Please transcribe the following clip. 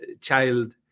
child